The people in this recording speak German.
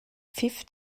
pfiff